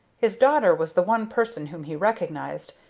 his daughter was the one person whom he recognized,